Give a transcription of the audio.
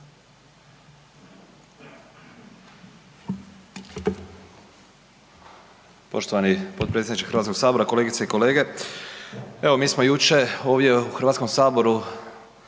Poštovani podpredsjedniče Hrvatskog sabora, kolegice i kolege, državni tajniče sa suradnicima. U Hrvatskom saboru